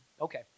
Okay